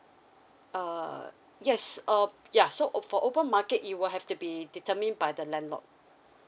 uh yes uh ya so o~ for open market you will have to be determined by the landlord